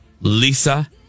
Lisa